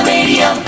Radio